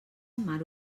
mar